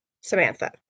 Samantha